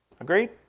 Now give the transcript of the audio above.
Agree